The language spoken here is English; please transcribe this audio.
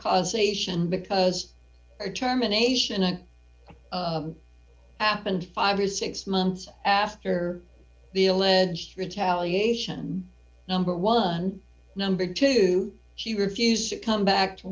causation because terminations an app and five or six months after the alleged retaliation number one number two she refused to come back to